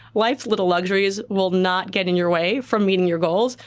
life's little luxuries will not get in your way from meeting your goals,